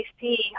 see